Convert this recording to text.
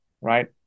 right